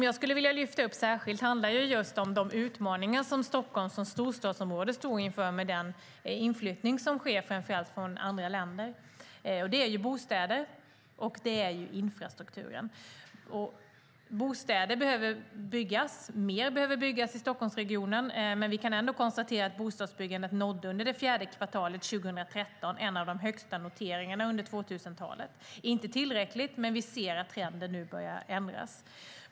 Jag skulle särskilt vilja lyfta upp just de utmaningar som Stockholm som storstadsområde står inför med den inflyttning som sker, framför allt från andra länder. Det handlar om bostäder och om infrastrukturen. Fler bostäder behöver byggas i Stockholmsregionen, men vi kan ändå konstatera att bostadsbyggandet under det fjärde kvartalet 2013 nådde en av de högsta noteringarna under 2000-talet. Det är inte tillräckligt, men vi ser att trenden nu börjar ändras.